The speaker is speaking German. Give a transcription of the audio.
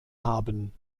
haben